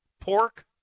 pork